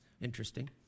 Interesting